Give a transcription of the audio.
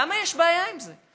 למה יש בעיה עם זה?